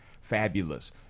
Fabulous